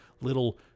little